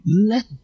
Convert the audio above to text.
let